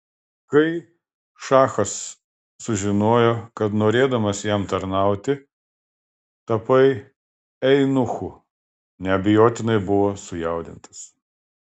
kai šachas sužinojo kad norėdamas jam tarnauti tapai eunuchu neabejotinai buvo sujaudintas